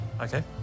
Okay